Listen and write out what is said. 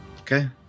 Okay